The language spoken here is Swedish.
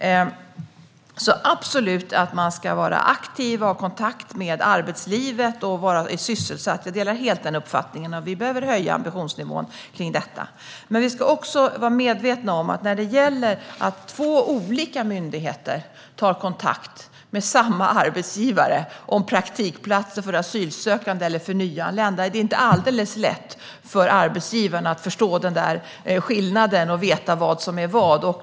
Man ska absolut vara aktiv, ha kontakt med arbetslivet och vara sysselsatt. Jag delar helt denna uppfattning, och vi behöver höja ambitionsnivån där. Men vi ska också vara medvetna om att när två olika myndigheter tar kontakt med samma arbetsgivare om praktikplatser för asylsökande eller nyanlända är det inte alldeles lätt för arbetsgivarna att förstå skillnaden och veta vad som är vad.